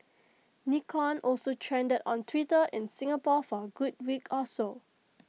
Nikon also trended on Twitter in Singapore for A good week or so